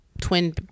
twin